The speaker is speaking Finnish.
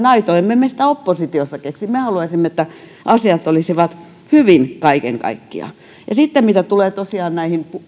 aito emme me sitä oppositiossa keksi me haluaisimme että asiat olisivat hyvin kaiken kaikkiaan ja sitten mitä tulee tosiaan näihin